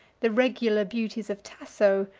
the regular beauties of tasso,